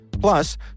Plus